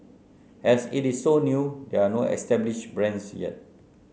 as it is so new there are no established brands yet